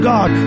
God